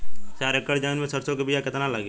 चार एकड़ जमीन में सरसों के बीया कितना लागी?